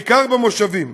בעיקר במושבים.